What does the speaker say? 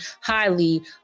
highly